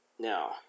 Now